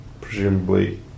presumably